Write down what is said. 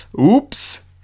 oops